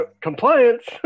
Compliance